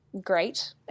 great